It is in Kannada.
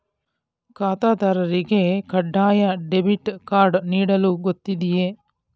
ಖಾತೆದಾರರಿಗೆ ಕಡ್ಡಾಯ ಡೆಬಿಟ್ ಕಾರ್ಡ್ ನೀಡಲಾಗುತ್ತದೆಯೇ?